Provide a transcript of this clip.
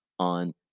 On